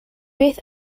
beth